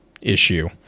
issue